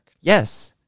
Yes